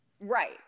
right